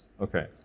Okay